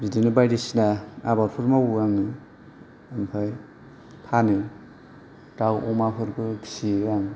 बिदिनो बायदिसिना आबादफोर मावो आङो आमफाय फानो दाउ अमाफोरबो फियो आं